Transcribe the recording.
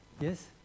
Yes